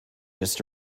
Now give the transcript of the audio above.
just